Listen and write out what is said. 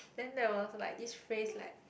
then there was like this phrase like